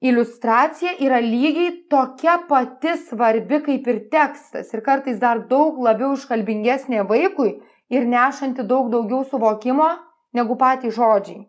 iliustracija yra lygiai tokia pati svarbi kaip ir tekstas ir kartais dar daug labiau iškalbingesnė vaikui ir nešanti daug daugiau suvokimo negu patys žodžiai